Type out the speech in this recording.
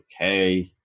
okay